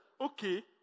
okay